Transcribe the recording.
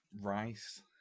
rice